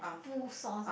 two sauce